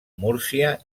múrcia